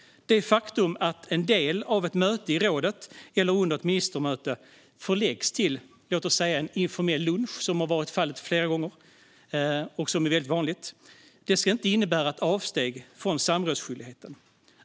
Det faktum att en del av ett möte i rådet eller ett ministermöte förläggs till exempelvis en informell lunch, vilket är vanligt, ska inte innebära ett avsteg från samrådsskyldigheten.